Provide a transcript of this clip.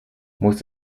muss